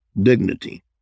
dignity